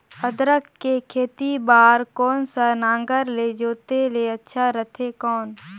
अदरक के खेती बार कोन सा नागर ले जोते ले अच्छा रथे कौन?